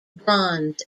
bronze